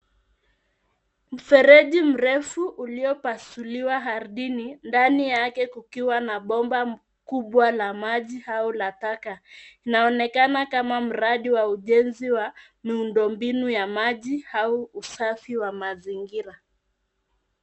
Mfereji mrefu uliopasuliwa ardhini ndani yake kukiwa na bomba kubwa la maji au la taka. Inaonekana kama mradi wa ujenzi wa miundo mbinu ya maji au usafi wa mazingira.